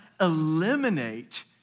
eliminate